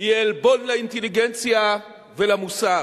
היא עלבון לאינטליגנציה ולמוסר.